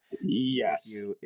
yes